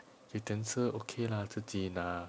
utensil okay lah 自己拿